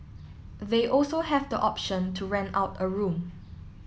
they also have the option to rent out a room